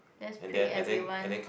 lets pray everyone